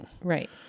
Right